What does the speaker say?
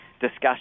discussion